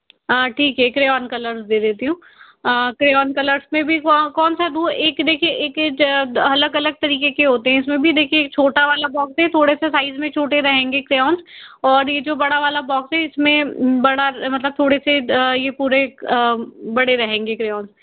ठीक है crayons colours दे देती हूँ क्रेऑन्स कलर्स में भी कौन सा दूँ एक देखिए एक अलग अलग तरह के होते हैं इस में भी देखिए छोटा वाला बॉक्स में थोड़े से साइज़ में छोटे रहेंगे क्रेऑन्स और ये जो बड़ा वाला बॉक्स हैं इसमें बड़ा मतलब थोड़े से पूरे बड़े रहेंगे क्रेऑन्स